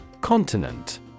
Continent